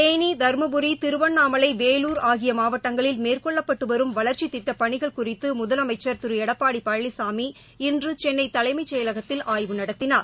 தேனி தருமபுரி திருவண்ணாமலை வேலூர் ஆகியமாவட்டங்களில் மேற்கொள்ளப்பட்டுவரும் வளர்ச்சித் திட்டப் பணிகள் குறித்துமுதலமைச்சா் திருளடப்பாடிபழனிசாமி இன்றுசென்னைதலைமைச் செயலகத்தில் ஆய்வு நடத்தினார்